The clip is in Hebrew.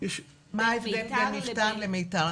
ההבדל בין מפתן למיתר?